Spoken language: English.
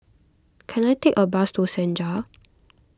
can I take a bus to Senja